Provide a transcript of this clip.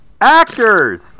Actors